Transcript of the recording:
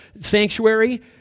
sanctuary